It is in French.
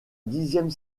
dixième